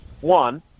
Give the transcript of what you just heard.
One